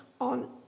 on